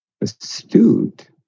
astute